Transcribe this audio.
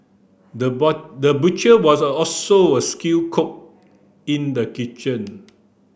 the the butcher was also a skilled cook in the kitchen